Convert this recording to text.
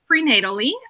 prenatally